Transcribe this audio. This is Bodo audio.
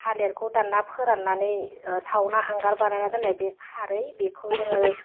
थालेरखौ दानना फोराननानै सावना हांगार बानायना दोननाय बे खारै बेखौ जोङो